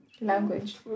language